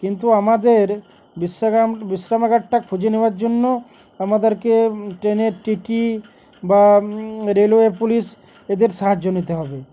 কিন্তু আমাদের বিশ্রাম বিশ্রামাগারটা খুঁজে নেওয়ার জন্য আমাদেরকে ট্রেনের টি টি ই বা রেলওয়ে পুলিশ এদের সাহায্য নিতে হবে